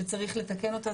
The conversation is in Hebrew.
שצריך לתקן אותה,